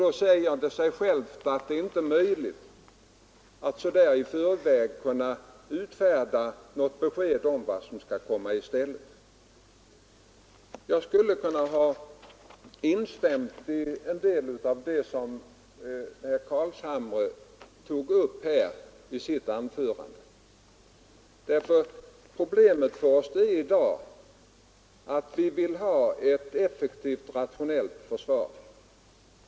Det säger sig självt att det inte är möjligt att i förväg utfärda besked om vad som kan komma i stället. Jag skulle ha kunnat instämma i en del av det som herr Carlshamre tog upp i sitt anförande. Problemet för oss i dag är att vi vill ha ett effektivt och rationellt försvar.